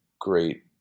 great